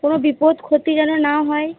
কোনো বিপদ ক্ষতি যেন না হয়